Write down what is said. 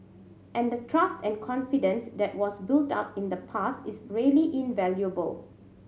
and the trust and confidence that was built up in the past is really invaluable